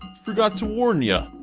forgot to warn yeah